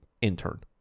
intern